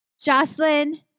Jocelyn